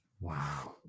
wow